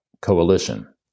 coalition